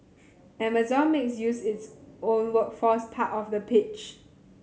Amazon makes use its own workforce part of the pitch